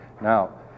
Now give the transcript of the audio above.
Now